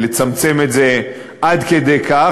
לצמצם את זה עד כדי כך,